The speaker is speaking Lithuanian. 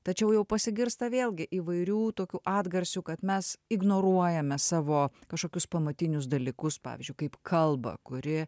tačiau jau pasigirsta vėlgi įvairių tokių atgarsių kad mes ignoruojame savo kažkokius pamatinius dalykus pavyzdžiui kaip kalbą kuri